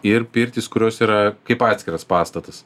ir pirtys kurios yra kaip atskiras pastatas